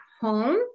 home